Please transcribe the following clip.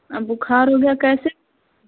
अब बुखार हो गया कैसे